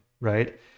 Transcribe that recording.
right